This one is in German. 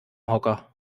hocker